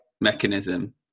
mechanism